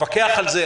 נתווכח על זה.